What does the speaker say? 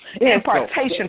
impartation